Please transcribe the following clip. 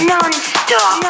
Non-stop